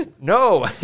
No